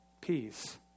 peace